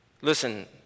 Listen